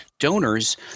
donors